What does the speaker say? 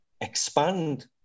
expand